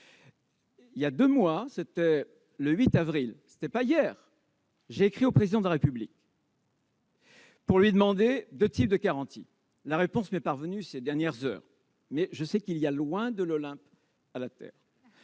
Il y a deux mois- le 8 avril, ce n'était pas hier -j'ai écrit au Président de la République pour lui demander deux types de garanties. La réponse m'est parvenue seulement ces dernières heures, mais je sais qu'il y a loin de l'Olympe à la terre.